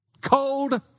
Cold